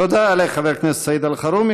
תודה לחבר כנסת סעיד אלחרומי.